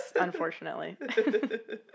unfortunately